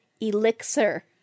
Elixir